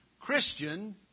Christian